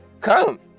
come